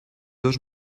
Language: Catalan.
dos